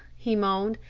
he moaned.